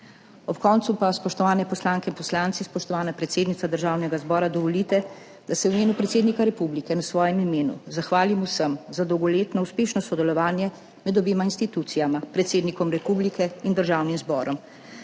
Ob koncu pa, spoštovane poslanke in poslanci, spoštovana predsednica Državnega zbora, dovolite, da se v imenu predsednika republike in v svojem imenu vsem zahvalim za dolgoletno uspešno sodelovanje med obema institucijama, predsednikom republike in Državnim zborom,